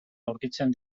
aurkitzen